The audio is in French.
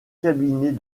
cabinet